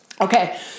Okay